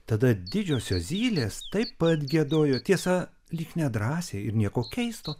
tada didžiosios zylės taip pat giedojo tiesa lyg nedrąsiai ir nieko keisto